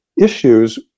issues